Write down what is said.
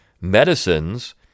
medicines